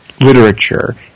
literature